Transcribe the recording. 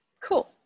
cool